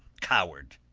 coward,